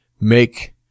make